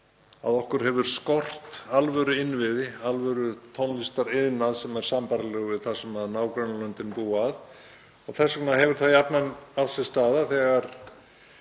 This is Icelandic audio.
að okkur hefur skort alvöruinnviði, alvörutónlistariðnað, sem er sambærilegur við það sem nágrannalöndin búa að og þess vegna hefur það jafnan átt sér stað þegar,